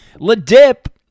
LaDip